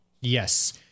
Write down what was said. Yes